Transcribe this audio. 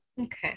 Okay